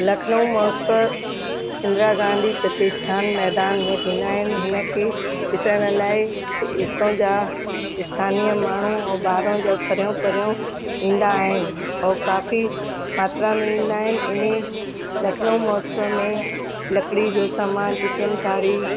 लखनऊ महोत्सव इंदिरा गांधी प्रतिष्ठान मैदान में थींदा आहिनि हिन खे ॾिसण लाइ हितां जा स्थानिय माण्हू ऐं ॿाहिरां जा परियां परियां ईंदा आहिनि और काफ़ी मात्रा में ईंदा आहिनि इन्ही लखनऊ महोत्सव में लकिड़ी जो सामानु चिकनकारी